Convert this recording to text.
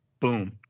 Boom